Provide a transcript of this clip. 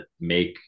make